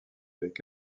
avec